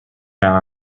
now